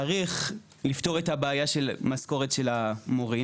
צריך לפתור את הבעיה של משכורת של המורים.